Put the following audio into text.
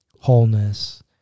wholeness